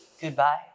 goodbye